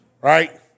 Right